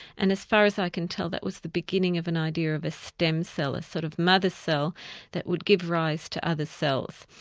and as far as i can tell, that was the beginning of an idea of a stem cell, a sort of mother cell that would give rise to other cells.